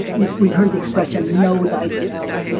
we've heard the expression know thyself.